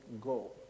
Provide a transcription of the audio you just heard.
go